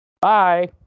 Bye